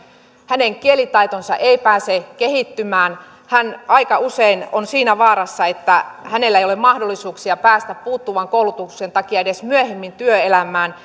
kielitaito ei pääse kehittymään hän on aika usein siinä vaarassa että hänellä ei ole mahdollisuuksia päästä puuttuvan koulutuksen takia edes myöhemmin työelämään